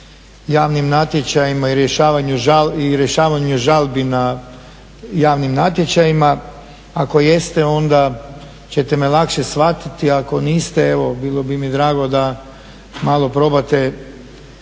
javnim natječajima i rješavanju žalbi na javnim natječajima, ako jeste onda ćete me lakše shvatiti, ako niste evo bilo bi mi drago da malo probate